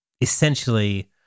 essentially